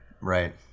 Right